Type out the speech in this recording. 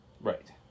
Right